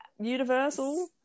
universal